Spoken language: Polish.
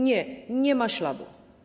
Nie, nie ma śladu.